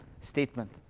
statement